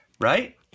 right